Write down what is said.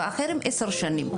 ואחרים עשר שנים.